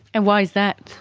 and why is that?